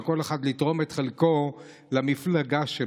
וכל אחד לתרום את חלקו למפלגה שלו.